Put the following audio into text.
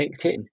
LinkedIn